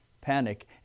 panic